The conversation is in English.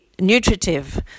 nutritive